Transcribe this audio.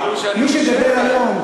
מי שמדבר היום,